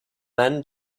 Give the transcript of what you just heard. man